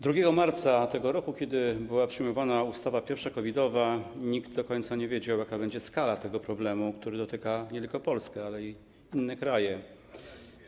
2 marca tego roku, kiedy była przyjmowana pierwsza ustawa COVID-owa, nikt do końca nie wiedział, jaka będzie skala tego problemu, który dotyka nie tylko Polskę, ale i inne kraje.